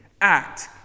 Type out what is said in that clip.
act